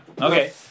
Okay